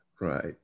Right